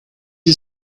you